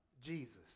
Jesus